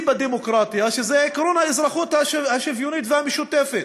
בדמוקרטיה שזה עקרון האזרחות השוויונית והמשותפת.